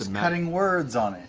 use cutting words on